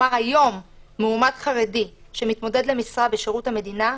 מועמד חרדי שמתמודד למשרה בשירות המדינה,